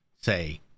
say